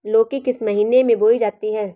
लौकी किस महीने में बोई जाती है?